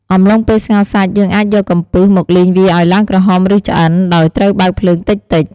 អំឡុងពេលស្ងោរសាច់ យើងអាចយកកំពឹស មកលីងវាឱ្យឡើងក្រហមឬឆ្អិន ដោយត្រូវបើកភ្លើងតិចៗ។